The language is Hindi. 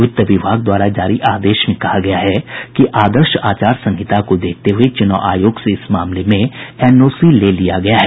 वित्त विभाग द्वारा जारी आदेश में कहा गया है कि आदर्श आचार संहिता को देखते हुये चुनाव आयोग से इस मामले में एनओसी ले लिया गया है